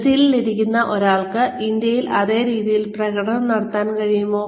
ബ്രസീലിൽ ഇരിക്കുന്ന ഒരാൾക്ക് ഇന്ത്യയിൽ അതേ രീതിയിൽ പ്രകടനം നടത്താൻ കഴിയുമോ